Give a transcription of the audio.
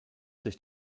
sich